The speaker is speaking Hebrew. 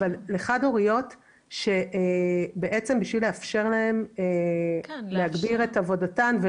אבל לחד-הוריות כדי לאפשר להן להגביר עבודתן,